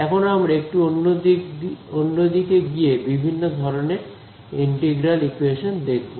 এখন আমরা একটু অন্যদিকে গিয়ে বিভিন্ন ধরনের ইন্টিগ্রাল ইকোয়েশন দেখব